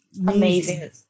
amazing